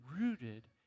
rooted